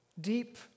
deep